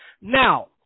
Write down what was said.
Now